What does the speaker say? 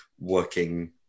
working